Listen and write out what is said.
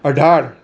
અઢાર